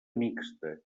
mixta